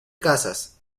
casas